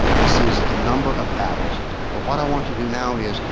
this is the number of battles but what i want to do now is,